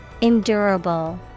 Endurable